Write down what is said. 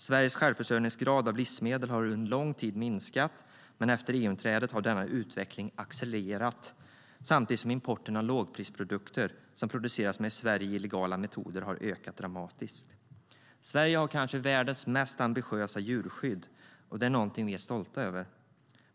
Sveriges självförsörjningsgrad av livsmedel har minskat under lång tid, men efter EU-inträdet har denna utveckling accelererat samtidigt som importen av lågprisprodukter som produceras med i Sverige illegala metoder har ökat dramatiskt. Sverige har kanske världens mest ambitiösa djurskydd, och det är någonting vi är stolta över.